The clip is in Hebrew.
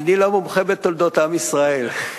אני לא מומחה בתולדות עם ישראל,